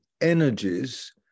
energies